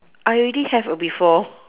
I already have a before